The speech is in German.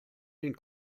den